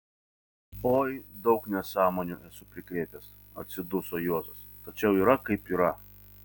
oi daug nesąmonių esu prikrėtęs atsiduso juozas tačiau yra kaip yra